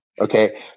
okay